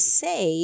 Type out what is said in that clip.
say